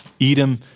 Edom